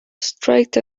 strike